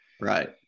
right